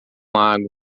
lago